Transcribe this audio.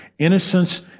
Innocence